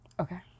Okay